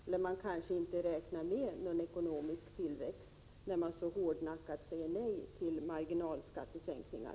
Eller man kanske inte räknar med någon ekonomisk tillväxt, när man så hårdnackat säger nej till marginalskattesänkningar.